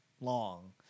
long